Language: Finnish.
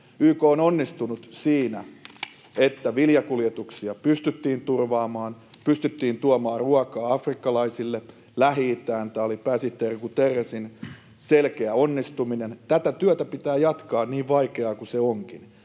YK on onnistunut siinä, että viljakuljetuksia pystyttiin turvaamaan, pystyttiin tuomaan ruokaa afrikkalaisille ja Lähi-itään. Tämä oli pääsihteeri Guterresin selkeä onnistuminen. Tätä työtä pitää jatkaa, niin vaikeaa kuin se onkin,